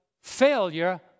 failure